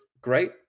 great